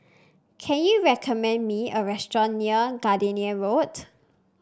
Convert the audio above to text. can you recommend me a restaurant near Gardenia Road